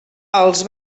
els